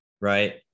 Right